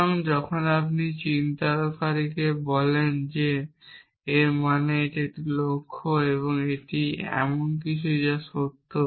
সুতরাং যখন আপনি চিহ্নিতকারীকে দেখান বলে এর মানে এটি একটি লক্ষ্য এটি এমন কিছু নয় যা সত্য